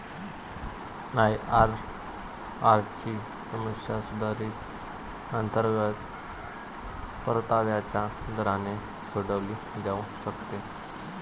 IRR ची समस्या सुधारित अंतर्गत परताव्याच्या दराने सोडवली जाऊ शकते